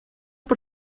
por